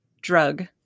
drug